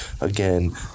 Again